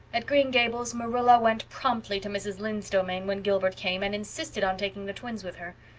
at green gables marilla went promptly to mrs. lynde's domain when gilbert came and insisted on taking the twins with her.